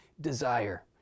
desire